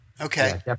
okay